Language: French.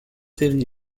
séries